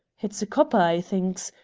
it's a copper i thinks,